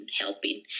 helping